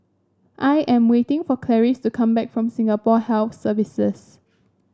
I am waiting for Clarice to come back from Singapore Health Services